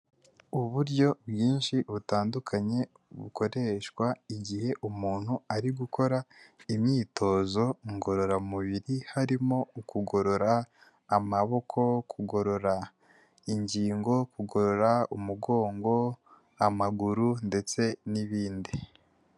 Uburyo bwinshi butandukanye bukoreshwa igihe umuntu ari gukora imyitozo ngororamubiri harimo ukugorora amaboko, kugorora ingingo, kugorora umugongo, amaguru ndetse n'ibindi.